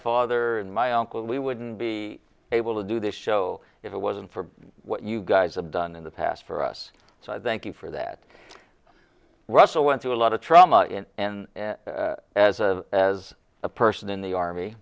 father and my uncle we wouldn't be able to do this show if it wasn't for what you guys have done in the past for us so i thank you for that russell went to a lot of trauma and as a as a person in the army